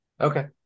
Okay